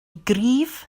gryf